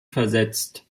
versetzt